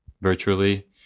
virtually